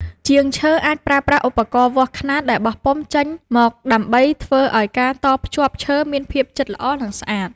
ជាងឈើអាចប្រើប្រាស់ឧបករណ៍វាស់ខ្នាតដែលបោះពុម្ពចេញមកដើម្បីធ្វើឱ្យការតភ្ជាប់ឈើមានភាពជិតល្អ និង ស្អាត។